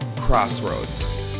Crossroads